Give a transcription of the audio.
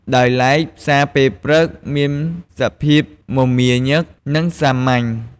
ដោយឡែកផ្សារពេលព្រឹកមានសភាពមមាញឹក និងសាមញ្ញ។